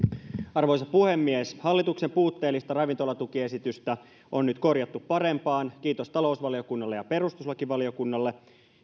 arvoisa puhemies hallituksen puutteellista ravintolatukiesitystä on nyt korjattu parempaan kiitos talousvaliokunnalle ja perustuslakivaliokunnalle